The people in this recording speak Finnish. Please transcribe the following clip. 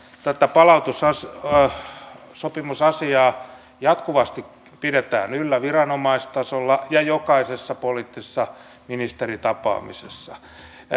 tätä palautussopimusasiaa jatkuvasti pidetään yllä viranomaistasolla ja jokaisessa poliittisessa ministeritapaamisessa